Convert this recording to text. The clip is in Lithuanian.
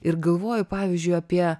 ir galvoju pavyzdžiui apie